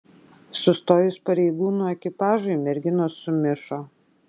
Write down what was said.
sustojus pareigūnų ekipažui merginos sumišo